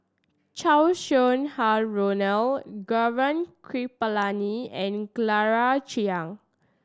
Chow Sau Hai Roland Gaurav Kripalani and Claire Chiang